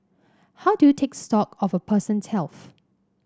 how do you take stock of a person's health